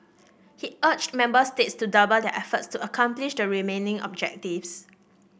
he urged member states to double their efforts to accomplish the remaining objectives